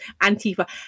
Antifa